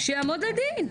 שיעמוד לדין.